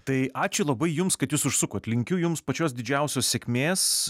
tai ačiū labai jums kad jūs užsukote linkiu jums pačios didžiausios sėkmės